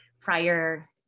prior